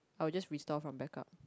I'll just restore from backup